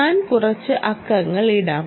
ഞാൻ കുറച്ച് അക്കങ്ങൾ ഇടാം